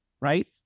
right